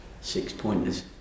six-pointers